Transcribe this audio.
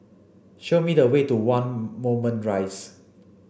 show me the way to one Moulmein Rise